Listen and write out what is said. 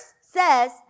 says